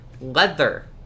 leather